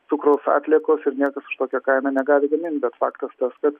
cukraus atliekos ir niekas už tokią kainą negali gamint bet faktas tas kad